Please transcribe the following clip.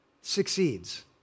succeeds